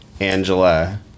Angela